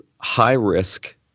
high-risk